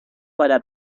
para